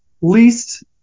least